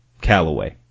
Callaway